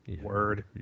Word